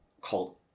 called